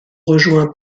rejoints